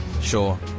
Sure